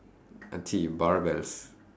barbells